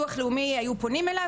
היו פונים לביטוח לאומי,